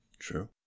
True